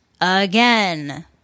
again